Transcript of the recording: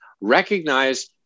Recognize